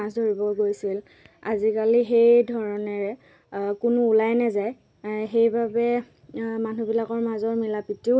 ব্ৰহ্মপুত্ৰ নদীৰ পৰা মাছ মাৰোঁতে বহুত কষ্ট হয় বহু যিমানখিনি মাছৰ প্ৰয়োজন সিমানখিনি মাছ আমি ব্ৰহ্মপুত্ৰ নদীৰ পৰা মাৰিব মাৰিব নোৱাৰোঁ